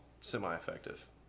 semi-effective